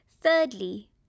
Thirdly